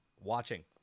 watching